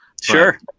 Sure